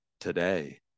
today